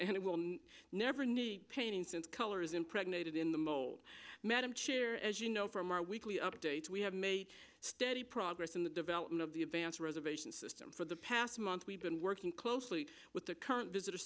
and it will never need painting since color is impregnated in the mold madam chair as you know from our weekly updates we have made steady progress in the development of the advance reservation system for the past month we've been working closely with the current visitor